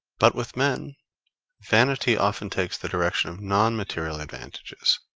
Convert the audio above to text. but with men vanity often takes the direction of non-material advantages,